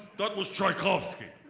that was tchaikovsky.